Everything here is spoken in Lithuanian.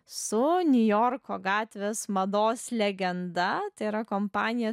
su niujorko gatvės mados legenda tai yra kompanijos